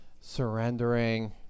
surrendering